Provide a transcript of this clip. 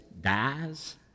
dies